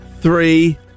three